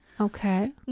Okay